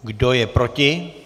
Kdo je proti?